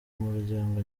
umuryango